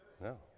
No